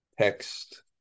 Text